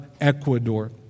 Ecuador